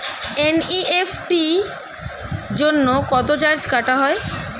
NEFT জন্য কত charge কাটা হয়?